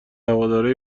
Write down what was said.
هوادارای